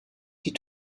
die